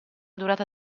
durata